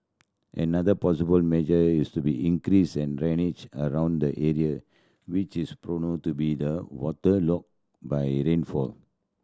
another possible measure is to be increase and drainage around the area which is prone to be the waterlogged by rainfall